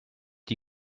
die